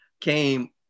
came